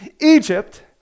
Egypt